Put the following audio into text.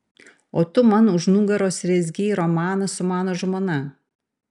o tu man už nugaros rezgei romaną su mano žmona